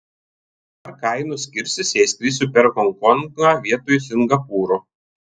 ar kainos skirsis jei skrisiu per honkongą vietoj singapūro